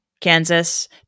Kansas